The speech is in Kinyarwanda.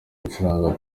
gucuranga